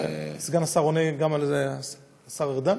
סגן השר עונה גם בשם השר ארדן?